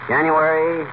January